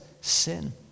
sin